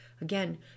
again